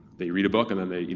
they read a book and then they.